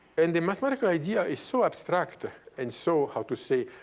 and the mathematical idea is so abstract and so, how to say,